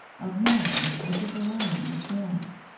of matter in such a variety of forms.